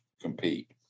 compete